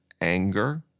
anger